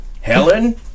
Helen